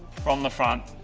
from the front.